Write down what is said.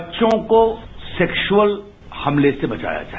बच्चों को सेक्सुअल हमले से बचाया जाए